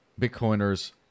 Bitcoiners